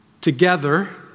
together